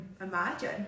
imagine